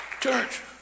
Church